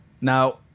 Now